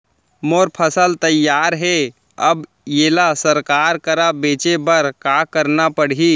मोर फसल तैयार हे अब येला सरकार करा बेचे बर का करना पड़ही?